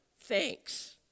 thanks